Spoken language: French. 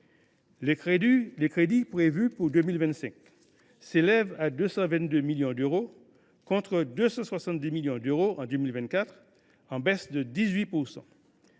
Les crédits prévus pour 2025 s’élèvent à 222 millions d’euros, contre plus de 270 millions d’euros en 2024, en baisse de 18 %.